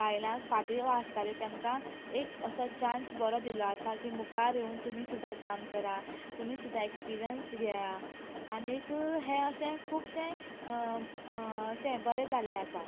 बायलांक फाटी आसताल्यो तेमकां एक असो चान्स बरो दिल्लो आसा की मुखार येवन तुमी सुद्दां काम करात तुमी सुद्दां एक्सपिरयन्स घेयात आनीक हे अशें खूबशें अशें बरें जाल्लें आसा